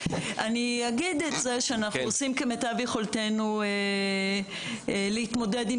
אנחנו עושים כמיטב יכולתנו להתמודד עם